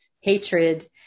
hatred